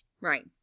Right